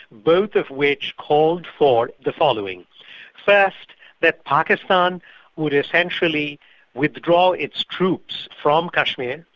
both of which called for the following first that pakistan would essentially withdraw its troops from kashmir,